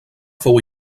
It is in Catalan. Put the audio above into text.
fou